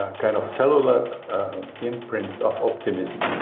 kind of cellular imprints of optimism.